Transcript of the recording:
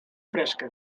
fresca